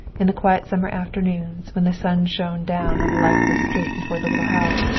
in the quiet summer afternoons when the sun shone down on the lifeless street before the little house.